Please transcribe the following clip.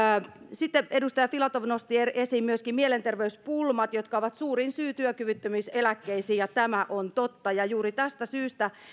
sitten edustaja filatov nosti esiin myöskin mielenterveyspulmat jotka ovat suurin syy työkyvyttömyyseläkkeisiin tämä on totta ja juuri tästä syystä